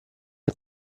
nel